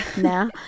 now